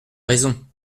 raison